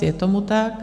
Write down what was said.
Je tomu tak.